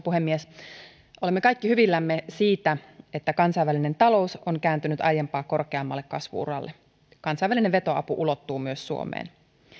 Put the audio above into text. puhemies olemme kaikki hyvillämme siitä että kansainvälinen talous on kääntynyt aiempaa korkeammalle kasvu uralle kansainvälinen vetoapu ulottuu myös suomeen